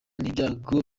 n’ibyago